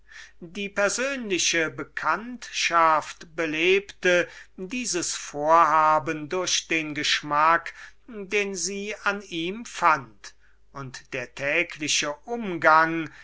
die persönliche bekanntschaft belebte dieses vorhaben durch den geschmack den sie an ihm fand und der tägliche umgang